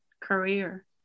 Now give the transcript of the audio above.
career